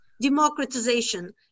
democratization